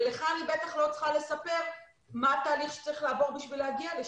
ולך אני בטח לא צריכה לספר מה התהליך שצריך לעבור בשביל להגיע לשם.